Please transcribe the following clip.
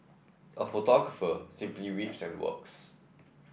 a photographer simply weeps and works